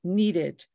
needed